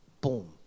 boom